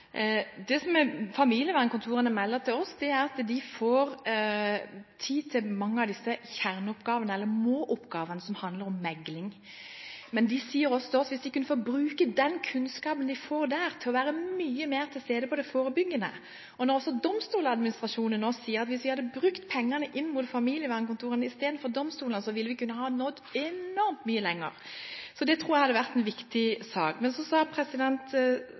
det flerkulturelle perspektivet. Familievernkontorene melder til oss at de får tid til mange av disse kjerneoppgavene eller må-oppgavene som handler om mekling. Men de sier også til oss at de kunne brukt den kunnskapen de får der til å være mye mer til stede når det gjelder det forebyggende. Domstolsadministrasjonen sier også at hvis vi hadde brukt pengene på familievernkontorene, i stedet for på domstolene, ville vi kunne nådd enormt mye lenger. Det tror jeg hadde vært en viktig sak. Statsråden sa